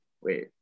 Wait